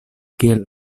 kiel